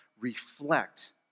reflect